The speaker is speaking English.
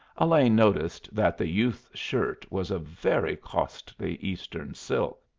elaine noticed that the youth's shirt was of very costly eastern silk.